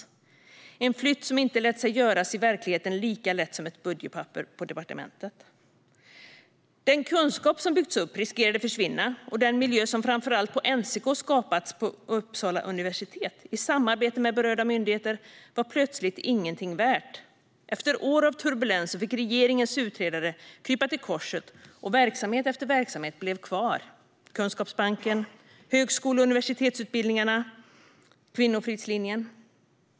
Det var en flytt som inte lät sig göras lika lätt i verkligheten som i ett budgetpapper på departementet. Den kunskap som byggts upp riskerade att försvinna, och den miljö som framför allt NCK skapat på Uppsala universitet i samarbete med berörda myndigheter var plötsligt ingenting värd. Efter ett år av turbulens fick regeringens utredare krypa till korset, och verksamhet efter verksamhet blev kvar: Kunskapsbanken, högskole och universitetsutbildningarna och Kvinnofridslinjen.